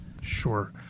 Sure